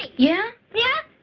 yeah. yeah